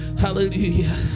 hallelujah